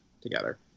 together